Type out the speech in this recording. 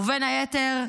ובין היתר,